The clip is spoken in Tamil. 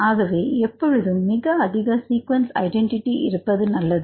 ஆகவே எப்பொழுதும் மிக அதிக சீக்குவன்ஸ் ஐடென்டிட்டி இருப்பது நல்லது